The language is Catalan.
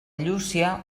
llúcia